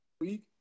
week